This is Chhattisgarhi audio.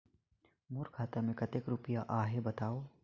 मोर खाता मे कतेक रुपिया आहे बताव?